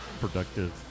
productive